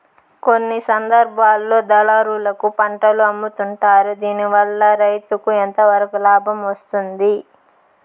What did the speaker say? కొన్ని సందర్భాల్లో దళారులకు పంటలు అమ్ముతుంటారు దీనివల్ల రైతుకు ఎంతవరకు లాభం వస్తుంది?